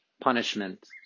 punishment